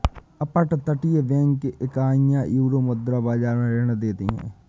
अपतटीय बैंकिंग इकाइयां यूरोमुद्रा बाजार में ऋण देती हैं